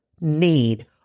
need